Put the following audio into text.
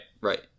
Right